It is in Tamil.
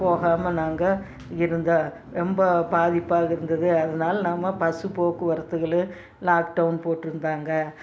போகாமல் நாங்கள் இருந்தால் ரொம்ப பாதிப்பாக இருந்தது அதனால் நாம் பஸ்ஸு போக்குவரத்துகள் லாக்டவுன் போட்டிருந்தாங்க